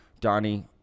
Donnie